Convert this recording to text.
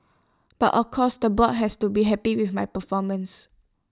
but of course the board has to be happy with my performance